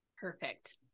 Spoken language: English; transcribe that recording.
Perfect